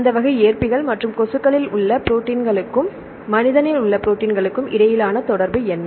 இந்த வகை ஏற்பிகள் மற்றும் கொசுக்களில் உள்ள ப்ரோடீன்களுக்கும் மனிதனில் உள்ள ப்ரோடீன்களுக்கும் இடையிலான தொடர்பு என்ன